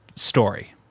story